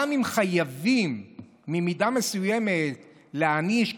גם אם חייבים במידה מסוימת להעניש,